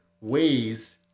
ways